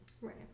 Right